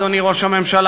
אדוני ראש הממשלה,